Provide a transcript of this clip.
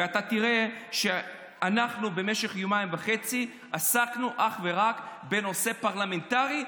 ואתה תראה שאנחנו במשך יומיים וחצי עסקנו אך ורק בנושא הפרלמנטרי,